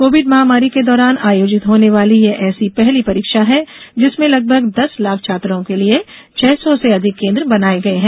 Covid महामारी के दौरान आयोजित होने वाली यह ऐसी पहली परीक्षा है जिसमें लगभग दस लाख छात्रों के लिए छह सौ से अधिक केंद्र बनाये गये हैं